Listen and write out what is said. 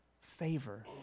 favor